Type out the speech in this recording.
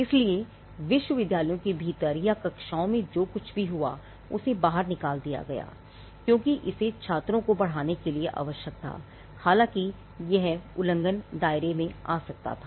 इसलिए विश्वविद्यालयों के भीतर या कक्षाओं में जो कुछ भी हुआउसे बाहर निकाल दिया क्योंकि इसे छात्रों को पढ़ाने के लिए आवश्यक था हालांकि यह उल्लंघन के दायरे में आ सकता है